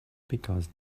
because